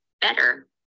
better